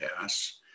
pass